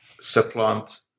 supplant